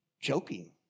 joking